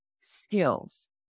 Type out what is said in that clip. skills